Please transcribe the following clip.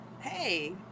Hey